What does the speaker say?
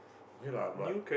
okay lah but